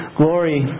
glory